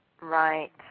Right